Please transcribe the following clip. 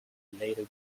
little